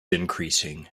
increasing